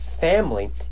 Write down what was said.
family